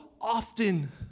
often